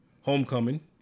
Homecoming